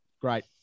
Great